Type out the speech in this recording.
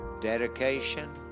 dedication